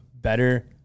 better